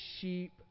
sheep